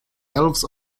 elves